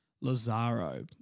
Lazaro